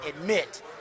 admit